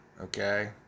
Okay